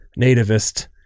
nativist